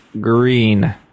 Green